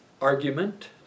argument